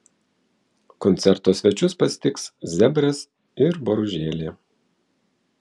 koncerto svečius pasitiks zebras ir boružėlė